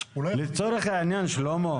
שלמה,